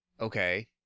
okay